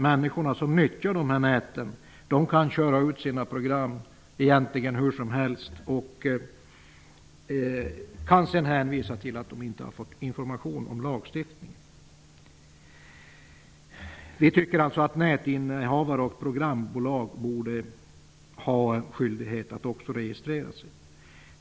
Människorna som nyttjar nätet kan egentligen köra ut sina program hur som helst och sedan hänvisa till att de inte har fått information om lagstiftningen. Vi tycker alltså att nätinnehavare och programbolag borde ha skyldighet att registrera sig.